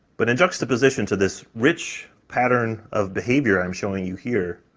but in juxtaposition to this rich pattern of behavior i'm showing you here,